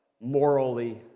morally